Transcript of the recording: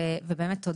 ובאמת תודה.